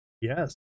Yes